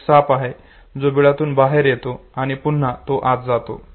एक साप आहे जो बिळातून बाहेर येतो आणि पुन्हा तो आत जातो